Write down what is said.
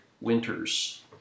winters